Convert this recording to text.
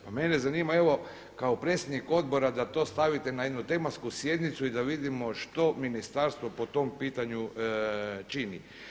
Pa mene zanima evo kao predsjednik odbora da to stavite na jednu tematsku sjednicu i da vidimo što ministarstvo po tom pitanju čini.